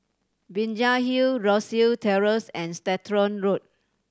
Binjai Hill Rosyth Terrace and Stratton Road